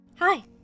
Hi